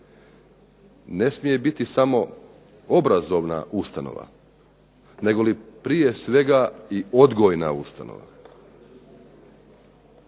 ne smije biti samo obrazovna ustanova nego prije svega i odgojna ustanova.